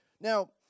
Now